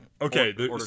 okay